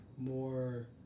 More